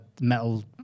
metal